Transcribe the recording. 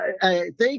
Thank